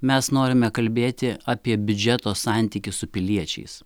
mes norime kalbėti apie biudžeto santykį su piliečiais